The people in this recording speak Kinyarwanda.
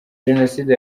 jenoside